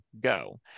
go